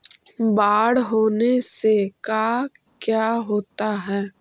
बाढ़ होने से का क्या होता है?